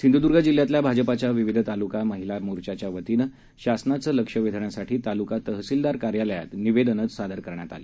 सिंधुदुर्ग जिल्ह्यातल्या भाजपच्या विविध तालुका महिला मोर्चाच्या वतीनं शासनाचं लक्ष वेधण्यासाठी तालुका तहसीलदार कार्यालयात निवेदन सादर करण्यात आलं